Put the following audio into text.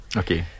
okay